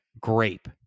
grape